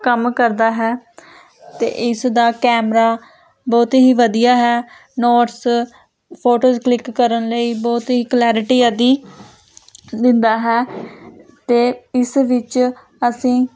ਕੰਮ ਕਰਦਾ ਹੈ ਅਤੇ ਇਸ ਦਾ ਕੈਮਰਾ ਬਹੁਤ ਹੀ ਵਧੀਆ ਹੈ ਨੋਟਸ ਫੋਟੋਜ਼ ਕਲਿੱਕ ਕਰਨ ਲਈ ਬਹੁਤ ਹੀ ਕਲੈਰਿਟੀ ਆਦਿ ਦਿੰਦਾ ਹੈ ਅਤੇ ਇਸ ਵਿੱਚ ਅਸੀਂ